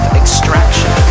extraction